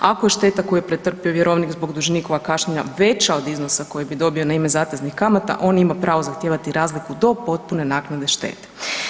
Ako je šteta koju je pretrpio vjerovnik zbog dužnikova kašnjenja veća od iznosa kojeg bi dobio na ime zateznih kamata on ima pravo zahtijevati razliku do potpune naknade štete.